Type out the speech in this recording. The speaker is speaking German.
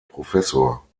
professor